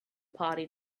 party